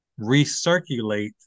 recirculate